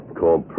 called